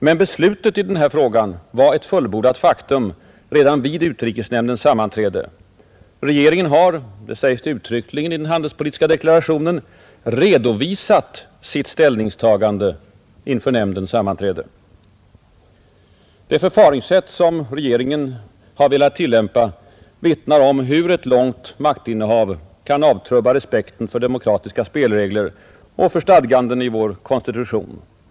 Men beslutet i denna fråga var ett fullbordat faktum redan vid utrikesnämndens sammanträde. Regeringen har, sägs det uttryckligen i den handelspolitiska deklarationen, redovisat sitt ställningstagande inför nämndens sammanträde, Det förfaringssätt som regeringen har velat tillämpa vittnar om hur ett långt maktinnehav kan avtrubba respekten för demokratiska spelregler och för stadganden i vår konstitution.